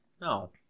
no